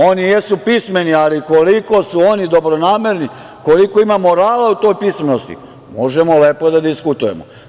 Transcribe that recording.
Oni jesu pismeni, ali koliko su oni dobronamerni, koliko ima morala u toj pismenosti, možemo lepo da diskutujemo.